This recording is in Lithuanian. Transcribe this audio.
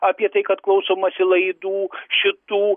apie tai kad klausomasi laidų šitų